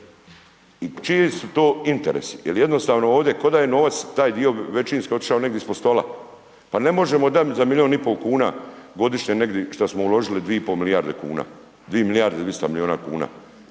čiji su to interesi jer jednostavno ovdje kao da je novac taj dio većinski otišao negdje ispod stola. Pa ne možemo dati za milijun i pol kuna godišnje negdje šta smo uložili, 2,5 milijarde kuna. 2 milijarde i 200 milijuna kuna.